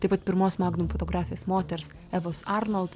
taip pat pirmos magnum fotografės moters evos arnold